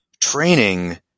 training